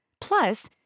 Plus